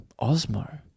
Osmo